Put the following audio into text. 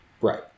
Right